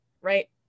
right